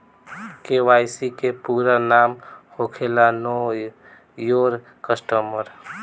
KYC के पूरा नाम होखेला नो योर कस्टमर